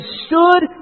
stood